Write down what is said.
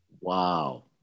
Wow